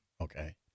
Okay